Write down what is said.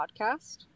podcast